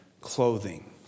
clothing